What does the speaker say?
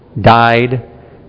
died